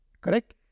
Correct